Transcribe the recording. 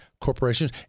corporations